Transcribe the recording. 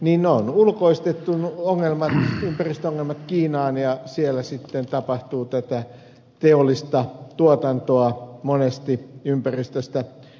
ympäristöongelmat on ulkoistettu kiinaan ja siellä sitten tapahtuu tätä teollista tuotantoa monesti ympäristöstä välittämättä